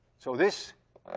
so this